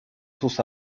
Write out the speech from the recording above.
sus